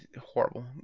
horrible